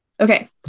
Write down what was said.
Okay